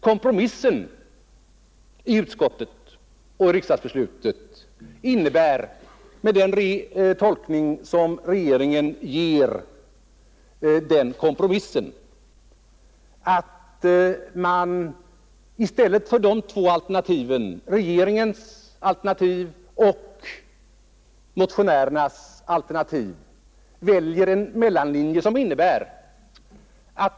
Kompromissen i utskottet och riksdagens beslut innebär, med den tolkning som regeringen ger den att man i stället för två alternativ — regeringens och motionärernas — väljer en mellanlinje.